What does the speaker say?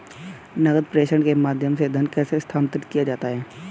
नकद प्रेषण के माध्यम से धन कैसे स्थानांतरित किया जाता है?